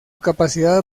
capacidad